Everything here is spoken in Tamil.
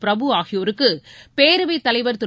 பிரபு ஆகியோருக்கு பேரவைத் தலைவர் திரு